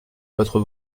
votre